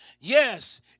Yes